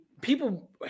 people